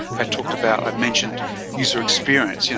i talked about, i mentioned user experience. yeah